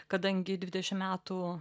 kadangi dvidešim metų